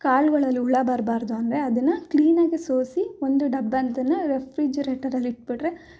ಕಾಳ್ಗಳಲ್ಲಿ ಹುಳ ಬರಬಾರ್ದು ಅಂದರೆ ಅದನ್ನು ಕ್ಲೀನಾಗೆ ಸೋಸಿ ಒಂದು ಡಬ್ಬ ಅಂತಲೇ ರೆಫ್ರಿಜರೇಟರಲ್ಲಿ ಇಟ್ಬಿಟ್ರೆ